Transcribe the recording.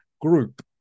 group